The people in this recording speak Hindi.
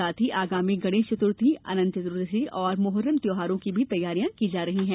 साथ ही आगामी गणेश चतुर्थी अनंत चतुर्दशी और मोहर्रम त्यौहारों की भी तैयारियां की जा रही हैं